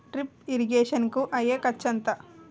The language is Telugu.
డ్రిప్ ఇరిగేషన్ కూ అయ్యే ఖర్చు ఎంత?